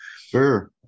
Sure